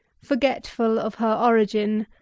forgetful of her origin,